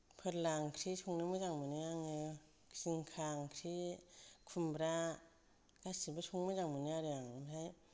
फोरला ओंख्रि संनो मोजां मोनो आङो जिंखा ओंख्रि खुमब्रा गासैबो संनो मोजां मोनो आरो आं ओमफ्राय